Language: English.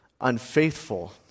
unfaithful